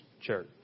church